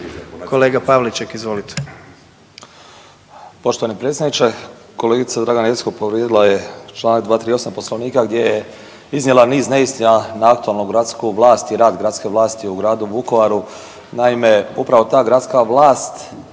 kolega Pavliček. Izvolite.